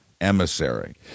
emissary